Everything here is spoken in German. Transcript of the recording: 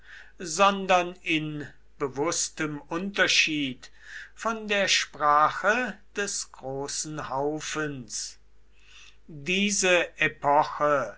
sondern in bewußtem unterschied von der sprache des großen haufens diese epoche